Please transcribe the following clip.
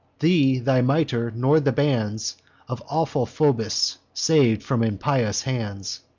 thee, thy miter, nor the bands of awful phoebus, sav'd from impious hands.